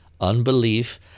Unbelief